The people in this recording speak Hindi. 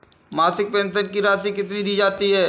मासिक पेंशन की राशि कितनी दी जाती है?